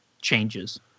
changes